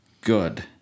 good